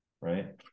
right